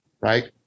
right